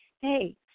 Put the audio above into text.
hey